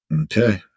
okay